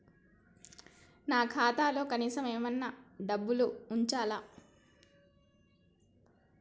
నా ఖాతాలో కనీసం ఏమన్నా డబ్బులు ఉంచాలా?